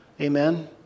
Amen